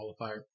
qualifier